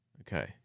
Okay